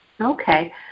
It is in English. Okay